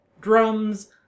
drums